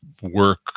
work